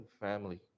family